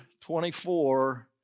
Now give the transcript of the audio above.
24